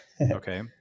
Okay